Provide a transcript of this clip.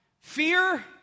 fear